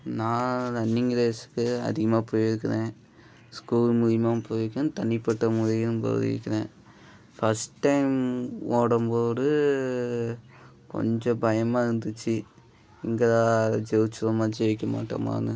நான் ரன்னிங் ரேஸுக்கு அதிகமாக போயிருக்கிறேன் ஸ்கூல் மூலிமாவும் போயிருக்கேன் தனிப்பட்ட முறையிலும் போயிருக்கிறேன் ஃபஸ்ட் டைம் ஓடும்போது கொஞ்சம் பயமாக இருந்துச்சு இங்கே அதை ஜெயித்தோமா ஜெயிக்க மாட்டோமான்னு